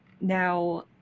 now